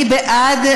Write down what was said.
מי בעד?